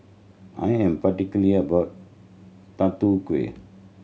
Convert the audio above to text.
I am particular about tatu kueh